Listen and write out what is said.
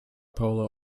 polo